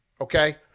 okay